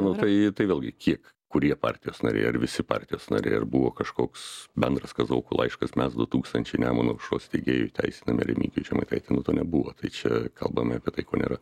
nu tai tai vėlgi kiek kurie partijos nariai ar visi partijos nariai ar buvo kažkoks bendras kazokų laiškas mes du tūkstančiai nemuno aušros steigėjų teisinam remigijų žemaitaitį nu to nebuvo tai čia kalbame apie tai ko nėra